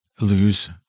lose